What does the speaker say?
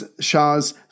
Shah's